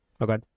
Okay